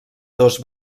dos